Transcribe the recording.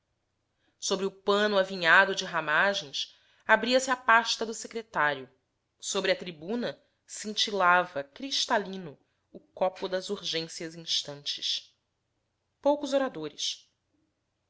sobre o pano avinhado de ramagens abria-se a pasta do secretário sobre a tribuna cintilava cristalino o copo das urgências instantes poucos oradores